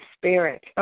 spirit